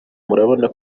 murabona